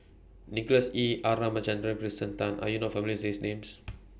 Nicholas Ee R Ramachandran Kirsten Tan Are YOU not familiar with These Names